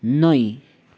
नै